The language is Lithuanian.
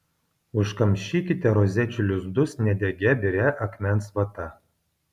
užkamšykite rozečių lizdus nedegia biria akmens vata